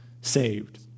saved